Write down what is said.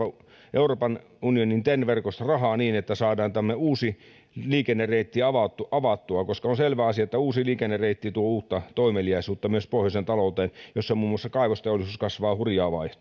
euroopan unionin ten verkostorahaa niin että saadaan tämmöinen uusi liikennereitti avattua koska on selvä asia että uusi liikennereitti tuo uutta toimeliaisuutta myös pohjoisen talouteen jossa muun muassa kaivosteollisuus kasvaa hurjaa